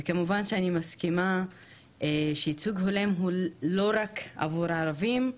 וכמובן שאני מסכימה שייצוג הולם הוא לא רק עבור הערבים,